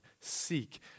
Seek